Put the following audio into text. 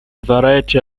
variety